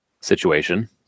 situation